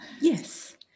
Yes